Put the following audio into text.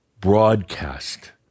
broadcast